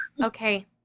Okay